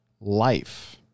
life